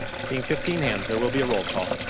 seeing fifteen hands there will be a roll call.